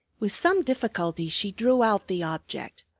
with some difficulty she drew out the object,